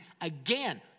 Again